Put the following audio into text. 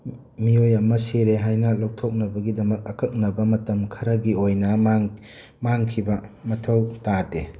ꯃꯤꯌꯣꯏ ꯑꯃ ꯁꯤꯔꯦ ꯍꯥꯏꯅ ꯂꯧꯊꯣꯛꯅꯕꯒꯤꯗꯃꯛ ꯑꯀꯛꯅꯕ ꯃꯇꯝ ꯈꯔꯒꯤ ꯑꯣꯏꯅ ꯃꯥꯡꯈꯤꯕ ꯃꯊꯧ ꯇꯥꯗꯦ